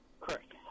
Correct